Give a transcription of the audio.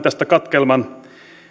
tästä katkelman